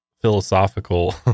philosophical